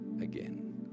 again